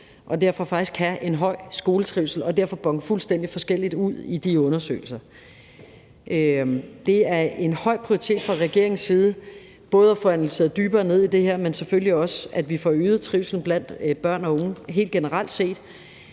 derfor kan have en høj skoletrivsel og derfor kan bone fuldstændig forskelligt ud i de undersøgelser. Det har en høj prioritet for regeringen både at få analyseret dybere ned i det her, men at vi selvfølgelig også får øget trivslen blandt børn og unge helt generelt set.